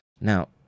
Now